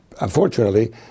Unfortunately